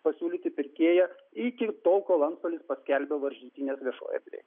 pasiūlyti pirkėją iki tol kol antstolis paskelbia varžytynes viešoj erdvėj